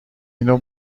اینو